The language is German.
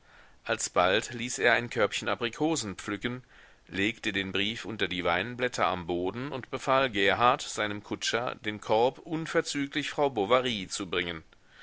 alsbald ließ er ein körbchen aprikosen pflücken legte den brief unter die weinblätter am boden und befahl gerhard seinem kutscher den korb unverzüglich frau bovary zu bringen